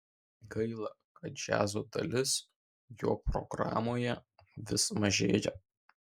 gaila kad džiazo dalis jo programoje vis mažėja